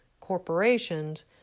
corporations